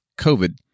COVID